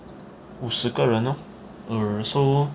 五十个人 lor 你有 reserve lor